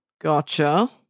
Gotcha